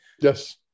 Yes